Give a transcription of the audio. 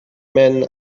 men